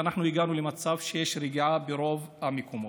ואנחנו הגענו למצב שיש רגיעה ברוב המקומות.